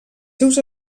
seus